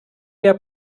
der